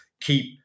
keep